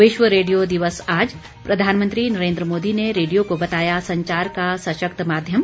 विश्व रेडियो दिवस आज प्रधानमंत्री नरेन्द्र मोदी ने रेडियो को बताया संचार का सशक्त माध्यम